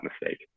mistake